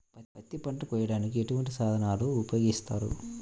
పత్తి పంటను కోయటానికి ఎటువంటి సాధనలు ఉపయోగిస్తారు?